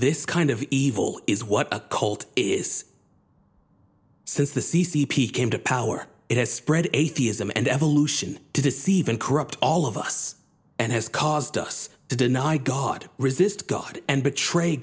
this kind of evil is what a cult is since the c c p came to power it has spread atheism and evolution to deceive and corrupt all of us and has caused us to deny god resist god and betray